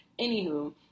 Anywho